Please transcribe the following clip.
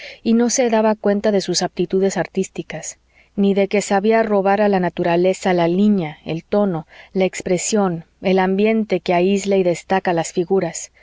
y no se daba cuenta de sus aptitudes artísticas ni de que sabía robar a la naturaleza la línea el tono la expresión el ambiente que aisla y destaca las figuras